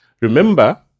Remember